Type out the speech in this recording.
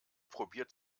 probiert